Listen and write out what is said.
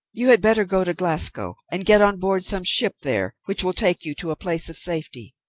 you had better go to glasgow and get on board some ship there which will take you to a place of safety.